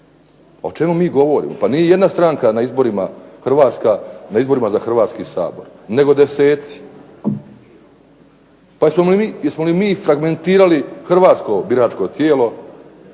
o čemu mi govorimo. Pa nije jedna stranka na izborima hrvatska, na izborima za Hrvatski sabor, nego deseci. Pa jesmo li mi fragmentirali hrvatsko biračko tijelo